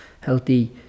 healthy